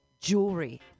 jewelry